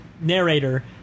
narrator